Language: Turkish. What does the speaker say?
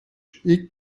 ilk